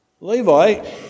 Levi